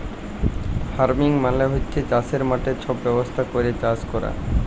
farming মালে হছে চাষের মাঠে ছব ব্যবস্থা ক্যইরে চাষ ক্যরা